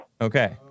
Okay